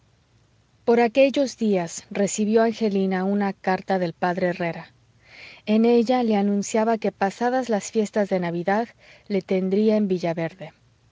por aquellos días recibió angelina una carta del p herrera en ella le anunciaba que pasadas las fiestas de navidad le tendría en